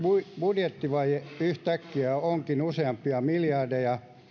budjettivaje yhtäkkiä onkin useampia miljardeja